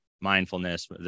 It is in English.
mindfulness